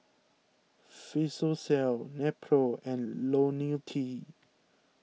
Physiogel Nepro and Lonil T